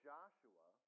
Joshua